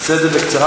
תעשה את זה בקצרה,